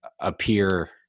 appear